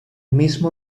mismo